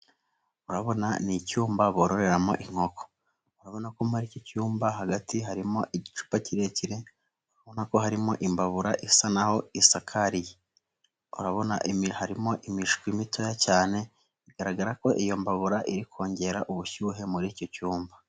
Urabona ni icyumba bororeramo inkoko. urabona ko muri iki cyumba hagati harimo igicupa kirekire, urabona ko harimo imbabura isa naho isakariye. Urabona harimo imishwi mitoya cyane. bigaragara ko iyo mbabura iri kongera ubushyuhe muri icyo cyumba.